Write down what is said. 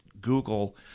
Google